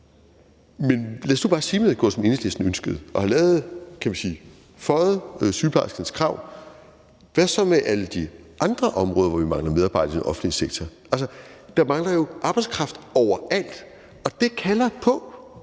Men lad os nu bare sige, at man havde gjort, som Enhedslisten ønskede, og – kan man sige – havde føjet sygeplejerskernes krav, hvad så med alle de andre områder, hvor vi mangler medarbejdere i den offentlige sektor? Der mangler jo arbejdskraft overalt, og det kalder på